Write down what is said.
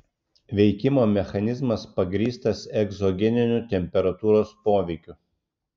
veikimo mechanizmas pagrįstas egzogeniniu temperatūros poveikiu